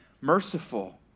merciful